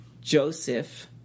Joseph